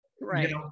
Right